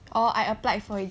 orh I applied for it